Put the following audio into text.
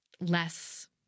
less